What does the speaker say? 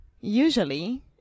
usually